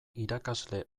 irakasle